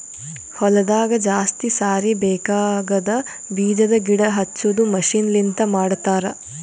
ಹೊಲದಾಗ ಜಾಸ್ತಿ ಸಾರಿ ಬೇಕಾಗದ್ ಬೀಜದ್ ಗಿಡ ಹಚ್ಚದು ಮಷೀನ್ ಲಿಂತ ಮಾಡತರ್